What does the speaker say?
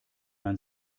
man